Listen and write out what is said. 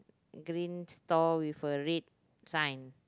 green stall with a red sign